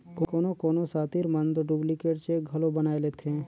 कोनो कोनो सातिर मन दो डुप्लीकेट चेक घलो बनाए लेथें